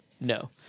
no